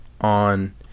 on